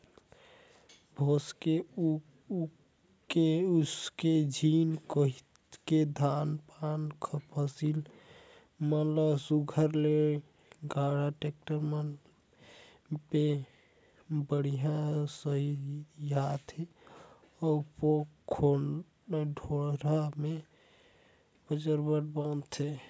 भोसके उसके झिन कहिके धान पान फसिल मन ल सुग्घर ले गाड़ा, टेक्टर मन मे बड़िहा सथियाथे अउ डोरा मे बजरबट बांधथे